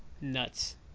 nuts